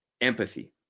Empathy